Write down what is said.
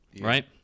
right